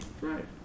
right